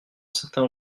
certain